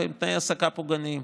והם תנאי העסקה פוגעניים.